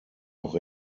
auch